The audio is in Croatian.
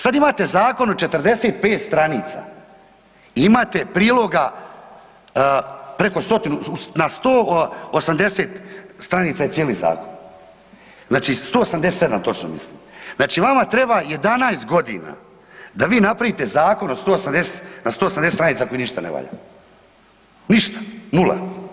Sada imate zakon od 45 stranica, imate priloga na 180 stranica je cijeli zakon, znači 187 točno mislim, znači vama treba 11 godina da vi napravite zakon na 187 stranica koji ništa ne valja, ništa, nula.